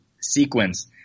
sequence